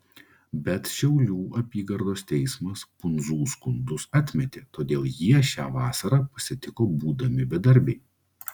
bet šiaulių apygardos teismas pundzų skundus atmetė todėl jie šią vasarą pasitiko būdami bedarbiai